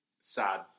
sad